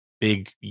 big